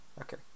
Okay